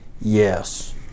Yes